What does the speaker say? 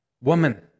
Woman